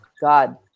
god